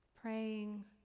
praying